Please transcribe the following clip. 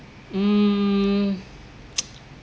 um